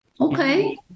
Okay